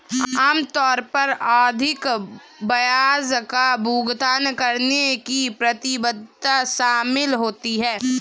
आम तौर पर आवधिक ब्याज का भुगतान करने की प्रतिबद्धता शामिल होती है